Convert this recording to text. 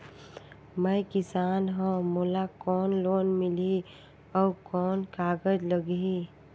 मैं किसान हव मोला कौन लोन मिलही? अउ कौन कागज लगही?